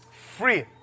free